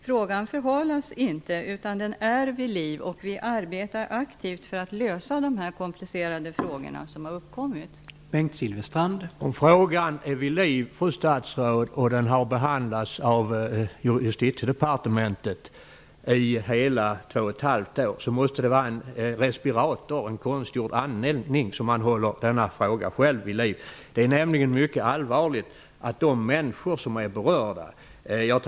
Frågan förhalas nämligen inte utan är vid liv, och vi arbetar aktivt för att lösa de komplicerade frågor som uppkommit i sammanhanget.